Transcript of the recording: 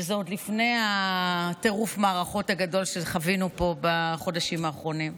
וזה עוד לפני טירוף המערכות הגדול שחווינו פה בחודשים האחרונים.